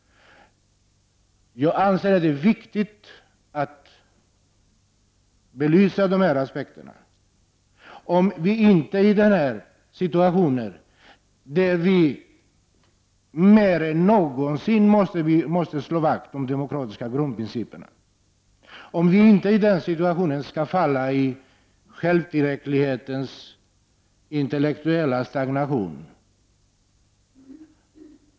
Jag anser att det är viktigt att belysa dessa aspekter. Det är viktigt att vi granskar vårt eget ansvar om vi inte, i en situation där vi mer än någonsin måste slå vakt om de demokratiska grundprinciperna, skall falla i självtillräcklighetens intellektuella stagnation.